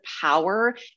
power